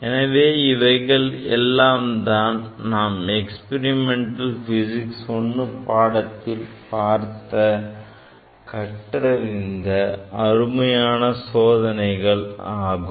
எனவே இவைகள் எல்லாம் தான் நாம் experimental physics I பாடத்தில் பார்த்த கற்றறிந்த அருமையான சோதனைகள் ஆகும்